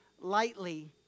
lightly